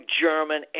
German